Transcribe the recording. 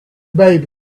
baby